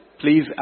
please